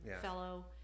fellow